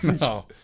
No